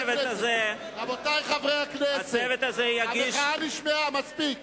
רבותי חברי הכנסת, המחאה נשמעה, מספיק.